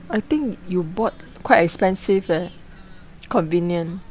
I think you bought quite expensive eh convenient